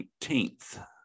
19th